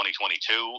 2022